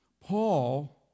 Paul